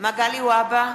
מגלי והבה,